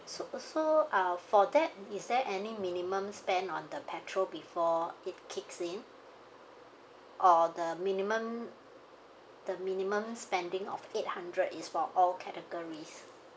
so so uh for that is there any minimum spend on the petrol before it kicks in or the minimum the minimum spending of eight hundred is for all categories